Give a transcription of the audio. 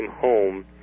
home